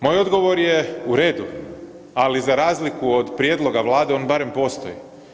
Moj odgovor je, u redu, ali za razliku od prijedloga Vlade, on barem postoji.